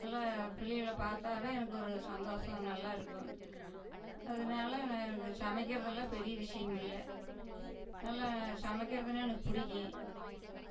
நல்லா பிள்ளைகளை பார்த்தாவே எனக்கு ஒரு சந்தோசம் நல்லாயிருக்கும் அதனால் நான் எனக்கு சமைக்கிறதெல்லாம் பெரிய விஷயமில்ல நல்லா சமைக்கிறதுன்னால் எனக்கு பிடிக்கும்